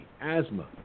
asthma